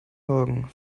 morgen